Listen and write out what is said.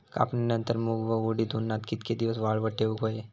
कापणीनंतर मूग व उडीद उन्हात कितके दिवस वाळवत ठेवूक व्हये?